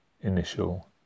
initial